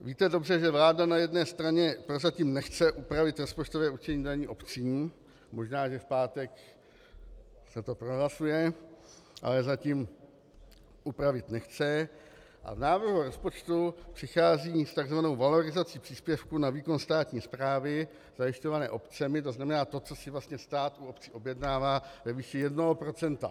Víte dobře, že vláda na jedné straně prozatím nechce upravit rozpočtové určení daní obcím, možná že v pátek se to prohlasuje, ale zatím upravit nechce, a v návrhu rozpočtu přichází s tzv. valorizací příspěvku na výkon státní správy zajišťované obcemi, tzn. to, co si vlastně stát u obcí objednává, ve výši 1 %.